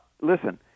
listen